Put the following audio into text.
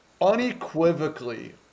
unequivocally